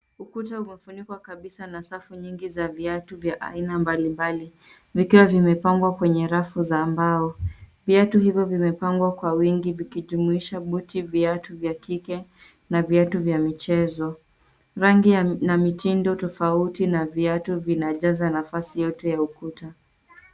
Ukuta umefunikwa kabisa na safu nyingi za viatu vya aina mbalimbali vikiwa vimepangwa kwenye rafu za mbao. Viatu hivyo vimepangwa kwa wingi zikijumuisha buti, viatu vya kike na viatu vya michezo. Rangi na mtindo tofauti na viatu vinajaza nafasi yote ya ukuta.